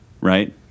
right